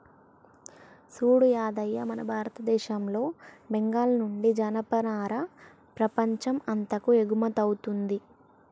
సూడు యాదయ్య మన భారతదేశంలో బెంగాల్ నుండి జనపనార ప్రపంచం అంతాకు ఎగుమతౌతుంది